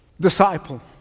disciple